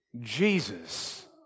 Jesus